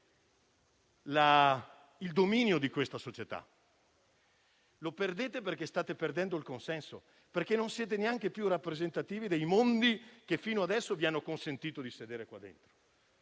il dominio di questa società e sta accadendo perché state perdendo il consenso, perché non siete neanche più rappresentativi dei mondi che fino ad ora vi hanno consentito di sedere qua dentro